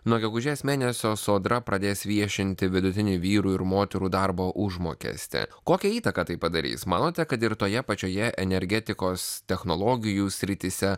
nuo gegužės mėnesio sodra pradės viešinti vidutinį vyrų ir moterų darbo užmokestį kokią įtaką tai padarys manote kad ir toje pačioje energetikos technologijų srityse